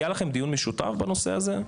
היה לכם דיון משותף בנושא הזה?